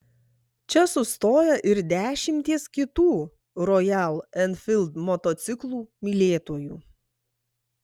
čia sustoja ir dešimtys kitų rojal enfild motociklų mylėtojų